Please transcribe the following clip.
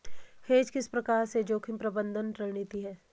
Hedge किस प्रकार से जोखिम प्रबंधन रणनीति है?